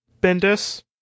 Bendis